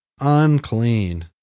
Unclean